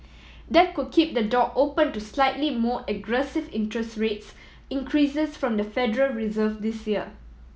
that could keep the door open to slightly more aggressive interest rates increases from the Federal Reserve this year